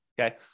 Okay